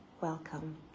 Welcome